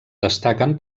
destaquen